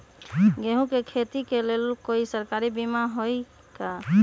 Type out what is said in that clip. गेंहू के खेती के लेल कोइ सरकारी बीमा होईअ का?